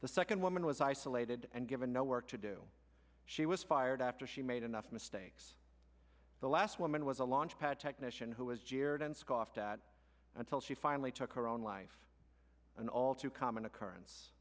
the second woman was isolated and given no work do she was fired after she made enough mistakes the last woman was a launch pad technician who was jeered and scoffed at until she finally took her own life an all too common occurrence